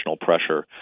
pressure